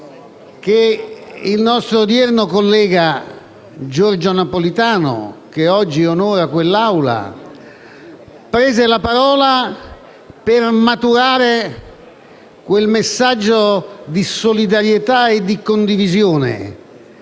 il nostro collega Giorgio Napolitano, che onora quest'Assemblea, prese la parola per maturare quel messaggio di solidarietà e di condivisione